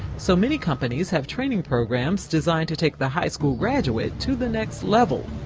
so many companies have training programs designed to take the high school graduate to the next level.